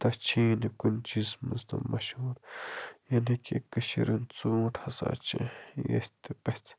یوٗتاہ چھِیی نہٕ کُنہِ چیٖزٕس منٛز تِم مہشوٗر یعنی کہ کٔشیٖر ہُند ژوٗنٹ ہسا چھِ ییٚژھِ تہِ پَژھِ